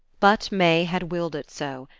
but may had willed it so,